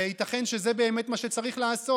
וייתכן שזה באמת מה שצריך לעשות.